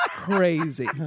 Crazy